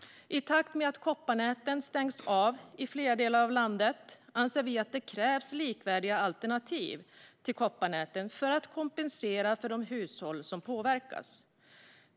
I takt med att kopparnätet stängs av i flera delar av landet anser vi att det krävs likvärdiga alternativ till kopparnätet för att kompensera de hushåll som påverkas.